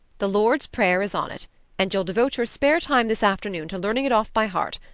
the lord's prayer is on it and you'll devote your spare time this afternoon to learning it off by heart.